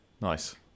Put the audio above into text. Nice